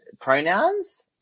pronouns